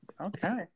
Okay